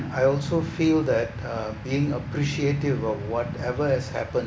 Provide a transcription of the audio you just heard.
I also feel that uh being appreciative of whatever has happened